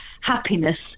happiness